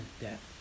death